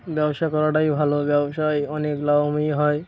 ব্যবসা করাটাই ভালো ব্যবসায় অনেক লাভময় হয়